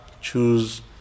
Choose